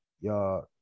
y'all